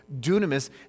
dunamis